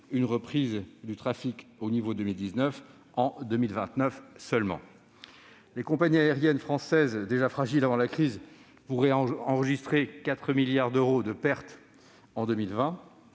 ne retrouvera son niveau de 2019 qu'en 2029. Les compagnies aériennes françaises, déjà fragiles avant la crise, pourraient enregistrer 4 milliards d'euros de pertes en 2020.